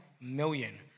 million